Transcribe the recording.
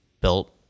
built